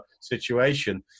situation